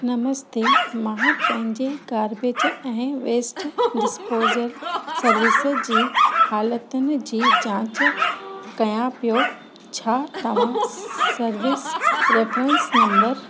नमस्ते मां पंहिंजे गार्बेज ऐं वेस्ट डिस्पोज़ल सर्विस जी हालतुनि जी जांच कयां पियो छा तव्हां सर्विस रेफिरंस नम्बर